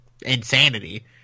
insanity